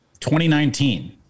2019